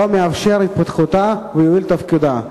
ולא מאפשר את התפתחותה וייעול תפקודה.